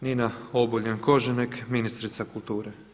Nina Obuljen-Koržinek, ministrica kulture.